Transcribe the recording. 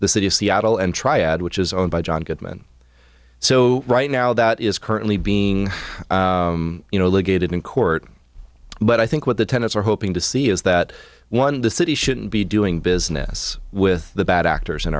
the city of seattle and triad which is owned by john goodman so right now that is currently being you know the gated in court but i think what the tenants are hoping to see is that one the city shouldn't be doing business with the bad actors in